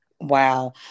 Wow